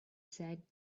said